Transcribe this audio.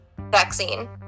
vaccine